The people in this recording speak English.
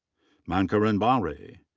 mankaran bahri.